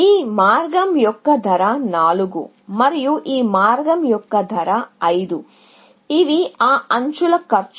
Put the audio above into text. ఈ మార్గం యొక్క కాస్ట్ 4 మరియు ఈ మార్గం యొక్క కాస్ట్ 5 ఇవి ఆ ఎడ్జ్ ల కాస్ట్